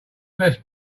best